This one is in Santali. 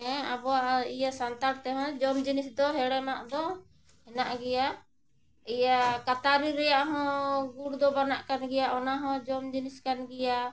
ᱦᱮᱸ ᱟᱵᱚᱣᱟᱜ ᱤᱭᱟᱹ ᱥᱟᱱᱛᱟᱲ ᱛᱮᱦᱚᱸ ᱡᱚᱢ ᱡᱤᱱᱤᱥ ᱫᱚ ᱦᱮᱲᱮᱢᱟᱜ ᱫᱚ ᱦᱮᱱᱟᱜ ᱜᱮᱭᱟ ᱤᱭᱟᱹ ᱠᱟᱛᱟᱨᱤ ᱨᱮᱭᱟᱜ ᱦᱚᱸ ᱜᱩᱲ ᱫᱚ ᱵᱟᱱᱟᱜᱠᱟᱱ ᱜᱮᱭᱟ ᱚᱱᱟ ᱦᱚᱸ ᱡᱚᱢ ᱡᱤᱱᱤᱥ ᱠᱟᱱ ᱜᱮᱭᱟ